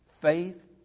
Faith